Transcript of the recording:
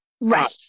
right